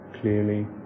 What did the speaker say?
clearly